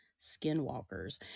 skinwalkers